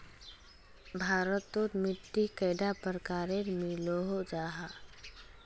भारत तोत मिट्टी कैडा प्रकारेर मिलोहो जाहा?